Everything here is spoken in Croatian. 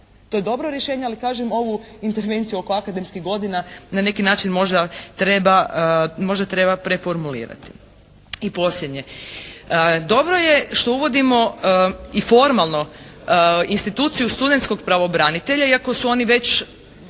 To je dobro rješenje ali kažem ovu intervenciju oko akademskih godina na neki način možda treba preformulirati. I posljednje. Dobro je što uvodimo i formalno instituciju studentskog pravobranitelja iako su oni već